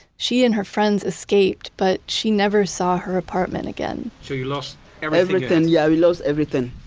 she and her friends escaped but she never saw her apartment again so you lost um everything yeah, we lost everything.